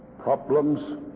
problems